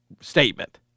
statement